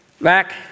Back